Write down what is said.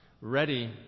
ready